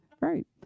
Right